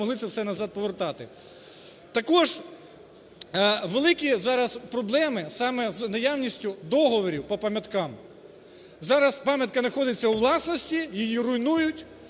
Також великі зараз проблеми саме з наявністю договорів по пам'яткам. Зараз пам'ятка знаходиться у власності, її руйнують,